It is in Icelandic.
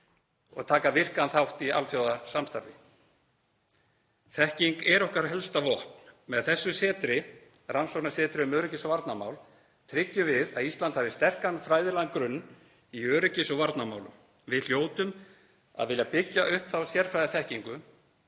og taka virkan þátt í alþjóðasamstarfi. Þekking er okkar helsta vopn. Með þessu setri, rannsóknasetri öryggis- og varnarmála, tryggjum við að Ísland hafi sterkan fræðilegan grunn í öryggis- og varnarmálum. Við hljótum að vilja byggja upp þá sérfræðiþekkingu